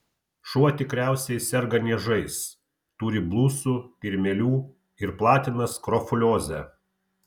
šuo tikriausiai serga niežais turi blusų kirmėlių ir platina skrofuliozę